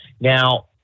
Now